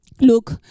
Look